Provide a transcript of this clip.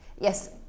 yes